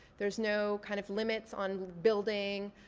there's no kind of limits on building,